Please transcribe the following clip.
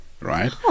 right